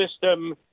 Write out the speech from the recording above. system